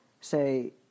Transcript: say